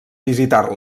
visitar